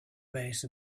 base